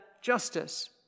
justice